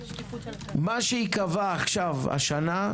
מה שייקבע עכשיו השנה,